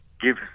give